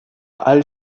halle